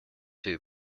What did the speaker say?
two